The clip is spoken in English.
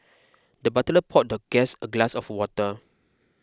the butler poured the guest a glass of water